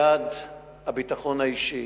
יעד הביטחון האישי